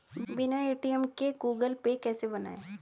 बिना ए.टी.एम के Google Pay कैसे बनायें?